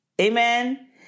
amen